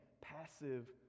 passive